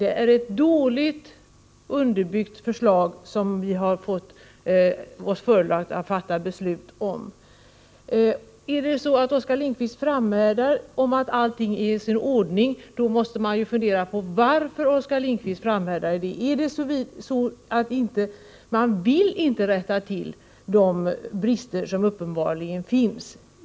Det är ett dåligt underbyggt förslag som förelagts oss och som vi skall fatta beslut om. Om Oskar Lindkvist framhärdar och säger att allt är i sin ordning, då måste man fråga sig varför han gör det. Är det så att man inte vill rätta till de brister som uppenbarligen finns?